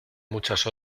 muchas